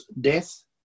death